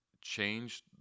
change